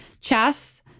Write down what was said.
Chess